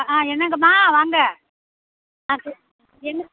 ஆ ஆ என்னங்கம்மா வாங்க ஆ என்ன